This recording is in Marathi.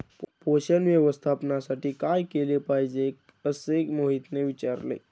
पोषण व्यवस्थापनासाठी काय केले पाहिजे असे मोहितने विचारले?